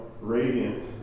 radiant